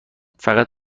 فقط